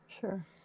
sure